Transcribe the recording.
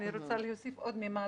אני רוצה להוסיף עוד ממד.